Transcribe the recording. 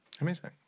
Amazing